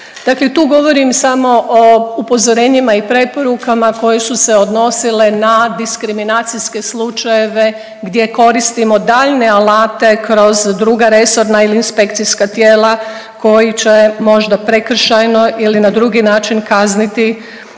Dakle tu govorim samo o upozorenjima i preporukama koje su se odnosile na diskriminacijske slučajeve gdje koristimo daljnje alate kroz druga resorna ili inspekcijska tijela koji će možda prekršajno ili na drugi način kazniti tijela